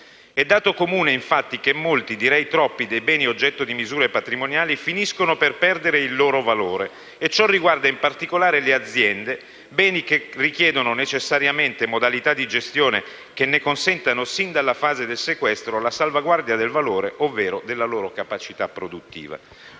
È dato comune, infatti, che molti (secondo me troppi) dei beni oggetto di misure patrimoniali finiscono per perdere il loro valore. Ciò riguarda in modo particolare le aziende. Si tratta di beni che richiedono necessariamente modalità di gestione che ne consentano, sin dalla fase del sequestro, la salvaguardia del valore ovvero della loro capacità produttiva.